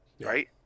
right